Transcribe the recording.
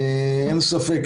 אין ספק,